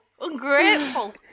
ungrateful